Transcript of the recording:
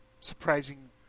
surprising